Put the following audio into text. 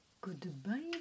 Goodbye